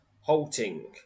halting